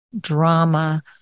drama